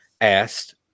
asked